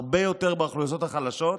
הרבה יותר באוכלוסיות החלשות